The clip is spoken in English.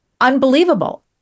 unbelievable